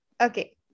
okay